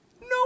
no